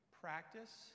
Practice